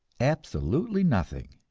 absolutely nothing,